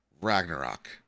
Ragnarok